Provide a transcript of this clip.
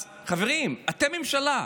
אז חברים, אתם ממשלה.